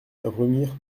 remire